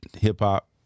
hip-hop